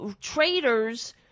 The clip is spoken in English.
traitors –